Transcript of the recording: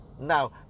Now